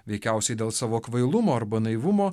veikiausiai dėl savo kvailumo arba naivumo